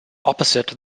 opposite